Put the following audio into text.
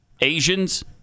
Asians